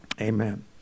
Amen